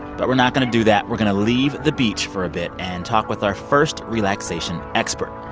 but we're not going to do that we're going to leave the beach for a bit and talk with our first relaxation expert,